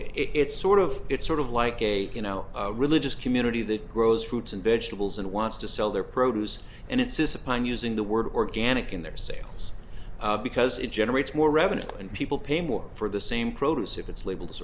it's sort of it's sort of like a you know religious community that grows fruits and vegetables and wants to sell their produce and it's a supply and using the word organic in their sales because it generates more revenue and people pay more for the same produce if it's labeled as